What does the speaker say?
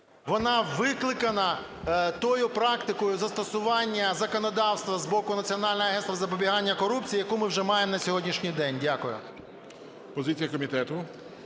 вона викликана тою практикою застосування законодавства з боку Національного агентства із запобігання корупції, яку ми вже маємо на сьогоднішній день. Дякую.